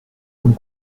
comme